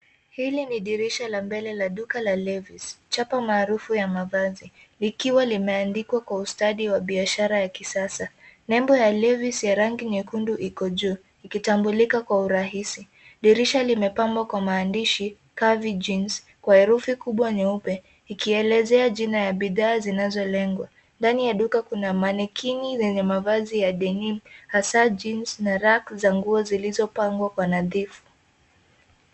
Hili ni dirisha la mbele la duka la Levi's , chapa maarufu ya mavazi, likiwa limeandikwa kwa ustadi wa biashara ya kisasa. Nembo ya Levi's ya rangi nyekundu iko juu ikitambulika kwa urahisi. Dirisha limepambwa kwa maandishi Curvy Jeans kwa herufi kubwa nyeupe ikielezea jina ya bidhaa zinazolengwa. Ndani ya duka kuna manekini zenye mavazi ya denim hasa jeans na rack za nguo zilizopangwa kwa nadhifu.